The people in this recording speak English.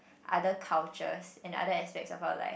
other cultures and other aspect of our life